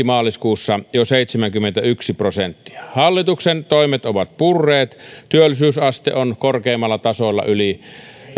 maaliskuussa jo seitsemänkymmentäyksi prosenttia hallituksen toimet ovat purreet työllisyysaste on korkeimmalla tasolla yli